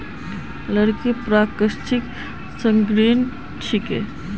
लकड़ी प्राकृतिक सामग्री छिके